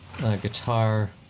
guitar